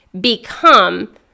become